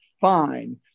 fine